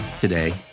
today